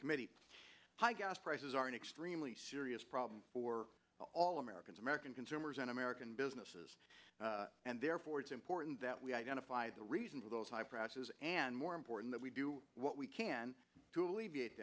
committee to high gas prices are an extremely serious problem for all americans american consumers and american businesses and therefore it's important that we identify the reason for those high prices and more important that we do what we can truly be